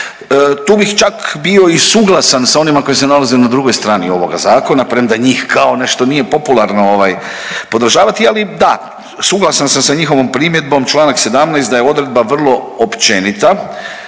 Tu bih čak bio i suglasan sa onima koji se nalaze na drugoj strani ovoga zakona premda njih kao nešto nije popularno ovaj podržavati, ali da suglasan sam sa njihovom primjedbom čl. 17. da je odredba vrlo općenita,